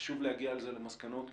חשוב להגיע על זה למסקנות כי,